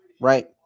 right